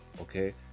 Okay